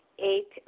Eight